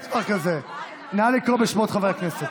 מזכירת הכנסת, נא לקרוא בשמות חברי הכנסת.